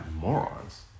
morons